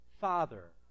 Father